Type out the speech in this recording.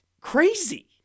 crazy